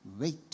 wait